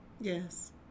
Yes